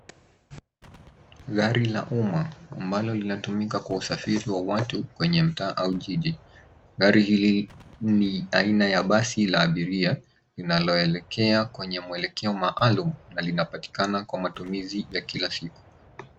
Gari la umma ambalo linatumika kwa usafiri wa watu kwenye mtaa au jiji. Gari hili ni aina ya basi la abiria linaloelekea kwenye mwelekeo maalum na linapatikana kwa matumizi ya kila siku.